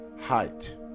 height